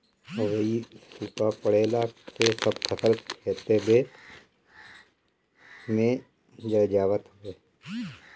अउरी सुखा पड़ला से सब फसल खेतवे में जर जात हवे